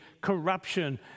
corruption